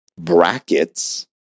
brackets